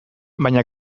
baina